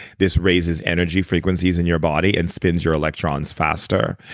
this raises energy frequencies in your body and spins your electrons faster.